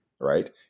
right